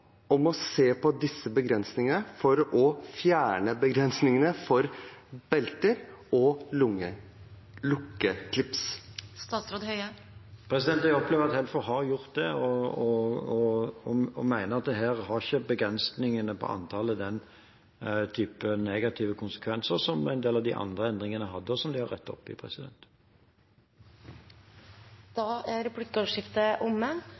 om å se på dette, for å få fjernet begrensningene for belter og lukkeklips? Jeg opplever at Helfo har gjort det og mener at her har ikke begrensningene på antall den typen negative konsekvenser som en del av de andre endringene hadde, og som de har rettet opp i. Replikkordskiftet er omme.